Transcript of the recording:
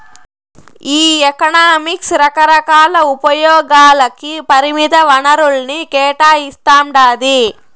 ఈ ఎకనామిక్స్ రకరకాల ఉపయోగాలకి పరిమిత వనరుల్ని కేటాయిస్తాండాది